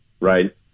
right